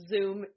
Zoom